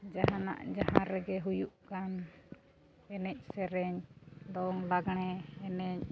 ᱡᱟᱦᱟᱱᱟᱜ ᱡᱟᱦᱟᱸ ᱨᱮᱜᱮ ᱦᱩᱭᱩᱜ ᱠᱟᱱ ᱮᱱᱮᱡ ᱥᱮᱨᱮᱧ ᱫᱚᱝ ᱞᱟᱜᱽᱬᱮ ᱮᱱᱮᱡ